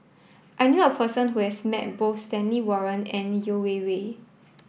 I knew a person who has met both Stanley Warren and Yeo Wei Wei